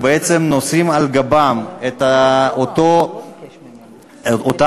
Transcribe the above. ובעצם נושאים על גבם את אותה הוצאה,